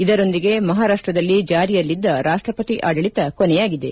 ಇದರೊಂದಿಗೆ ಮಹಾರಾಷ್ಟದಲ್ಲಿ ಜಾರಿಯಲ್ಲಿದ್ದ ರಾಷ್ಟಪತಿ ಆಡಳಿತ ಕೊನೆಯಾಗಿದೆ